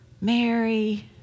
Mary